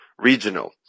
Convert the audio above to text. regional